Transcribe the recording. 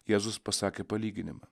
jėzus pasakė palyginimą